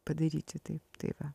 padaryti taip tai va